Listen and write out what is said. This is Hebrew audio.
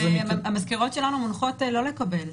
המזכירות שלנו מונחות לא לקבל.